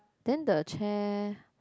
then the chair